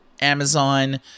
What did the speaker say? Amazon